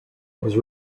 was